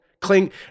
cling